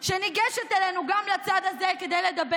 חוק ממשלתית.